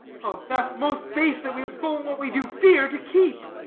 o theft most base, that we have stol'n what we do fear to keep!